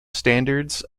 standards